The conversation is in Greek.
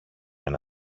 ένα